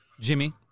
Jimmy